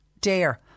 dare